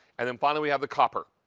and then finally we have the copper.